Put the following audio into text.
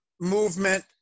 movement